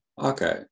Okay